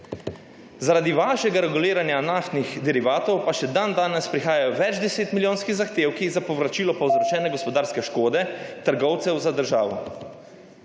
Zaradi vašega reguliranja naftnih derivatov pa še dandanes prihajajo več deset milijonski zahtevki za povračilo povzročene gospodarske škode trgovcev za državo.